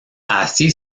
así